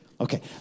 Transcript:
Okay